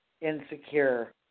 insecure